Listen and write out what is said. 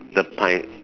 the pine